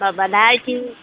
माबाना इथिं